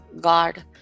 God